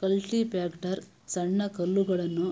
cultipacker ಸಣ್ಣ ಕಲ್ಲುಗಳನ್ನು